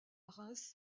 reims